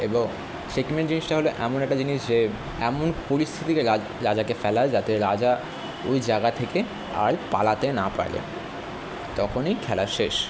এবং চেকমেট জিনিসটা হলো এমন একটা জিনিস যে এমন পরিস্থিতিতে রাজ্ রাজাকে ফেলা যাতে রাজা ওই জায়গা থেকে আর পালাতে না পারে তখনই খেলা শেষ